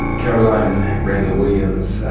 caroline randall williams,